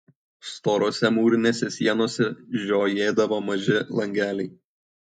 storose mūrinėse sienose žiojėdavo maži langeliai